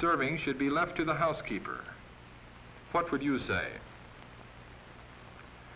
serving should be left to the housekeeper what would you say